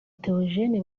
théogène